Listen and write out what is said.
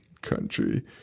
Country